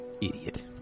Idiot